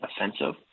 offensive